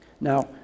Now